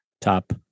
top